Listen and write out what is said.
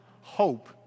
hope